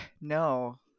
no